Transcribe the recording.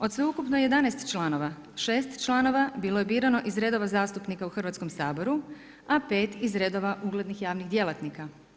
Od sveukupno 11 članova 6 članova bilo je birano iz redova zastupnika u Hrvatskom saboru, a 5 iz redova uglednih javnih djelatnika.